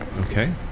Okay